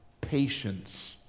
patience